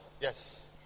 Yes